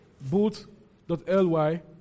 boot.ly